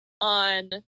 on